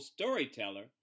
storyteller